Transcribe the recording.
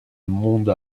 monde